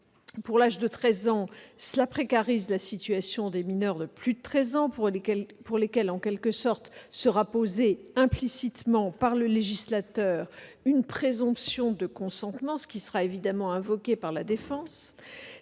pour l'âge de treize ans, cela précarise la situation des mineurs de plus de treize ans, pour lesquels, en quelque sorte, sera posée implicitement par le législateur une présomption de consentement, ce qui sera évidemment invoqué par la défense.